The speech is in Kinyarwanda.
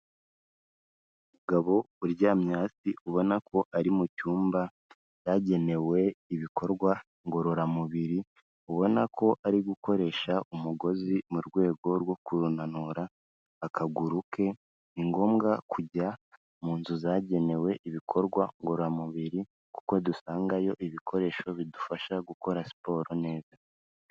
Umugabo uryamye hasi ubona ko ari mu cyumba cyagenewe ibikorwa ngororamubiri, ubona ko ari gukoresha umugozi mu rwego rwo kunanura akaguru ke, ni ngombwa kujya mu nzu zagenewe ibikorwa ngororamubiri kuko dusangayo ibikoresho bidufasha gukora siporo neza.